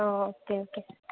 অঁ okay okay